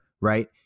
right